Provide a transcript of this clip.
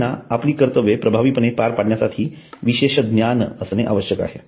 त्यांना आपली कर्तव्ये प्रभावीपणे पार पाडण्यासाठी विशेष ज्ञान आवश्यक आहे